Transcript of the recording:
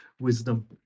wisdom